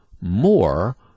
more